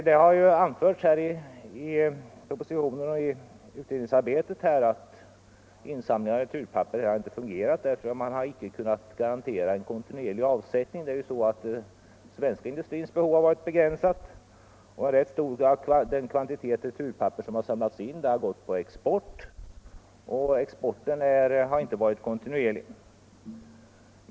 Det har anförts i propositionen och i utredningsarbetet att insamlingen av returpapper icke har fungerat därför att man inte har kunnat garantera en kontinuerlig avsättning. Den svenska industrins behov har varit begränsat. En stor del av det returpapper som samlats in har gått på export, och exporten har inte varit kontinuerlig.